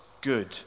good